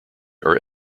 are